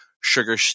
Sugar